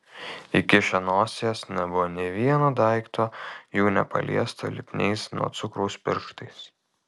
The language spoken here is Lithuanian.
įkišę nosies nebuvo nė vieno daikto jų nepaliesto lipniais nuo cukraus pirštais